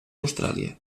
austràlia